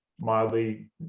mildly